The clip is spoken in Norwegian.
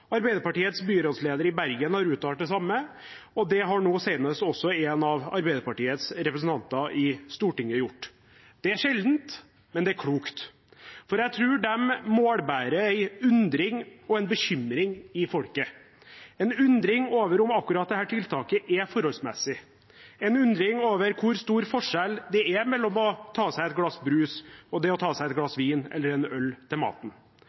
Arbeiderpartiets byrådsleder i Bergen har uttalt det samme, og det har nå senest også en av Arbeiderpartiets representanter i Stortinget gjort. Det er sjeldent, men det er klokt. Jeg tror de målbærer en undring og bekymring i folket – en undring over om akkurat dette tiltaket er forholdsmessig, en undring over hvor stor forskjell det er mellom å ta seg et glass brus og det å ta seg et glass vin eller en øl til maten.